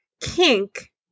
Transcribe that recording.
kink